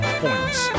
points